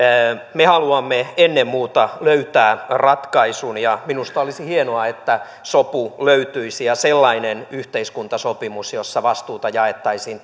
me haluamme ennen muuta löytää ratkaisun ja minusta olisi hienoa että sopu löytyisi ja sellainen yhteiskuntasopimus jossa vastuuta jaettaisiin